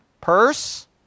purse